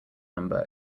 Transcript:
number